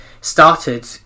started